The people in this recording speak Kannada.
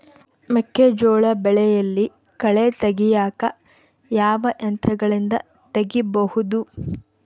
ಮೆಕ್ಕೆಜೋಳ ಬೆಳೆಯಲ್ಲಿ ಕಳೆ ತೆಗಿಯಾಕ ಯಾವ ಯಂತ್ರಗಳಿಂದ ತೆಗಿಬಹುದು?